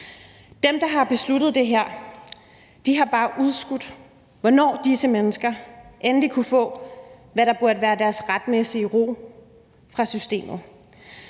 Dem, der har besluttet det her, har bare udskudt, hvornår disse mennesker endelig kunne få, hvad der burde være deres retmæssige ro fra systemet.